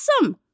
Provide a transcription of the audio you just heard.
awesome